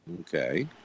Okay